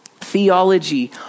theology